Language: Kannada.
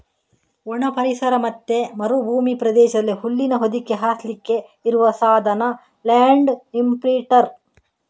ಒಣ ಪರಿಸರ ಮತ್ತೆ ಮರುಭೂಮಿ ಪ್ರದೇಶದಲ್ಲಿ ಹುಲ್ಲಿನ ಹೊದಿಕೆ ಹಾಸ್ಲಿಕ್ಕೆ ಇರುವ ಸಾಧನ ಲ್ಯಾಂಡ್ ಇಂಪ್ರಿಂಟರ್